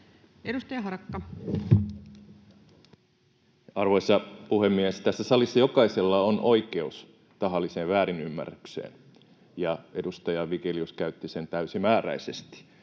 11:02 Content: Arvoisa puhemies! Tässä salissa jokaisella on oikeus tahalliseen väärinymmärrykseen, ja edustaja Vigelius käytti sen täysimääräisesti.